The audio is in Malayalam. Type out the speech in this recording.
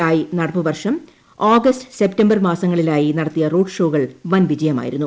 ഐ നടപ്പുവർഷം ഗ്രീഗ്റ്റ് സെപ്റ്റംബർ മാസങ്ങളിലായി നടത്തിയ റോഡ് ഷോകൾ വിൻ പ്രിജയമായിരുന്നു